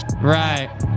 Right